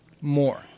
more